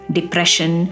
Depression